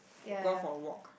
go out for a walk